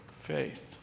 faith